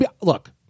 look